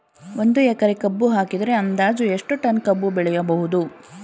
ಒಂದು ಎಕರೆ ಕಬ್ಬು ಹಾಕಿದರೆ ಅಂದಾಜು ಎಷ್ಟು ಟನ್ ಕಬ್ಬು ಬೆಳೆಯಬಹುದು?